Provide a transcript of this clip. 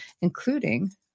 including